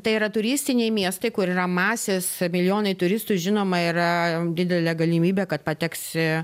tai yra turistiniai miestai kur yra masės milijonai turistų žinoma yra didelė galimybė kad pateksi